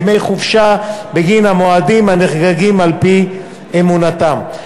ימי חופשה בגין המועדים הנחגגים על-פי אמונתם.